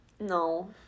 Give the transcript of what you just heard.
No